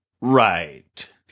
right